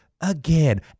again